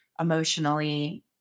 emotionally